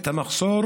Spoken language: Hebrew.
את המחסור